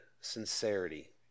sincerity